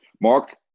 Mark